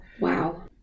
wow